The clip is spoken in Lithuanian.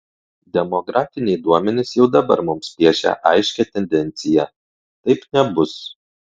demografiniai duomenys jau dabar mums piešia aiškią tendenciją taip nebus